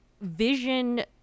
vision